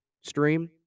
stream